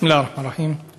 בסם אללה א-רחמאן א-רחים.